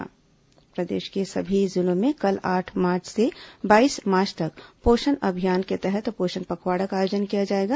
पोषण पखवाड़ा प्रदेश के सभी जिलों में कल आठ मार्च से बाईस मार्च तक पोषण अभियान के तहत पोषण पखवाड़ा का आयोजन किया जाएगा